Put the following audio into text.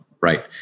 right